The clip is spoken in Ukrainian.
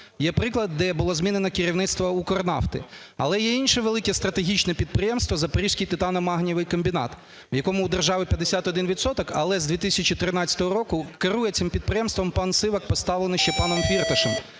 Є приклад, де було змінено керівництво "Укрнафти". Але є й інше велике стратегічне підприємство, "Запорізький титаномагнієвий комбінат", в якому у держави 51 відсоток, але з 2013 року керує цим підприємством пан Сивак, поставлений ще паном Фірташем,